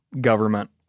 government